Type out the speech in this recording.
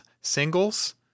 singles